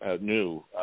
new